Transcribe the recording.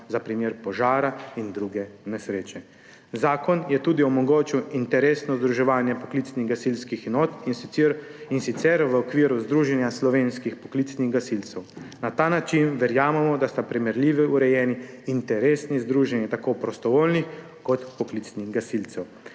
za primer požara in drugih nesreč. Zakon je omogočil tudi interesno združevanje poklicnih gasilskih enot, in sicer v okviru Združenja slovenskih poklicnih gasilcev. Na ta način verjamemo, da sta primerljivo urejeni interesni združenji tako prostovoljnih kot poklicnih gasilcev.